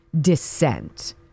dissent